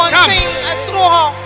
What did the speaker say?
come